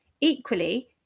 Equally